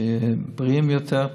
שהם בריאים יותר.